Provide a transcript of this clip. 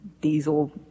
diesel